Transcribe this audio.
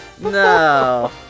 No